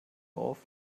auf